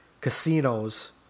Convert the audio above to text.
casinos